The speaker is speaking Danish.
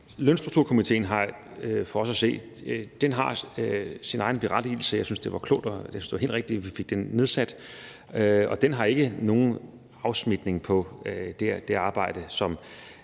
og jeg synes, det var klogt, og jeg synes, det var helt rigtigt, at vi fik den nedsat, og den har ikke nogen afsmitning på det arbejde, som